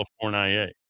California